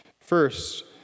First